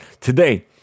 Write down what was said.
Today